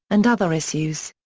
and other issues.